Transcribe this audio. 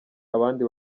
abandi